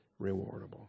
rewardable